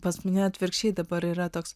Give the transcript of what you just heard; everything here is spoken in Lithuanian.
pas mane atvirkščiai dabar yra toks